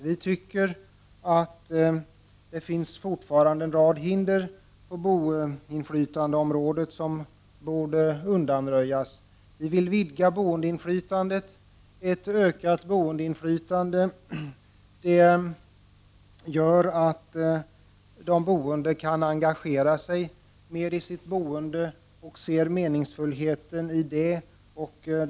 Vi anser att det fortfarande finns en rad hinder när det gäller boendeinflytandet som borde undanröjas. Vi i centerpartiet vill vidga boendeinflytandet. Ett ökat boendeinflytande gör att de boende kan engagera sig mer i sitt boende och se det meningsfulla i detta.